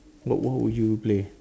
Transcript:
what what would you play